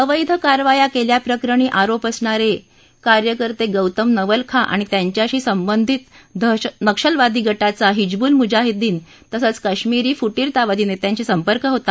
अवेध कारवाया केल्याप्रकरणी आरोप असणारे कार्यकर्ते गौतम नवलखा आणि त्यांच्याशी संबंधित नक्षलवादी गटाचा हिजबूल मुजाहिदीन तसंच कश्मीरी फुटीरतावादी नेत्यांशी संपर्क होता